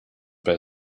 bei